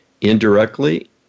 indirectly